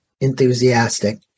enthusiastic